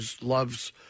loves